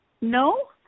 No